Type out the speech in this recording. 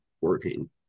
working